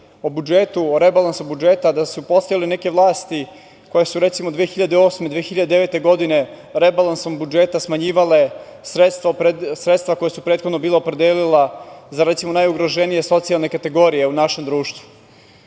o rebalansu budžeta, da su postojale neke vlasti koje su, recimo 2008, 2009. godine rebalansom budžeta smanjivale sredstva koja su prethodno bila predviđena, za recimo najugroženije socijalne kategorije u našem društvu.Za